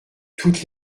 toutes